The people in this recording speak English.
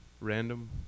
random